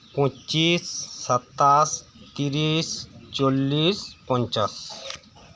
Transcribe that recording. ᱯᱩᱸᱪᱤᱥ ᱥᱟᱛᱟᱥ ᱛᱤᱨᱤᱥ ᱪᱚᱞᱞᱤᱥ ᱯᱚᱧᱪᱟᱥ